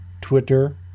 Twitter